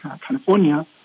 California